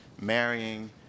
marrying